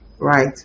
right